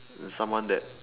someone that